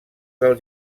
del